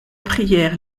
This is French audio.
prière